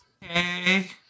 Hey